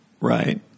Right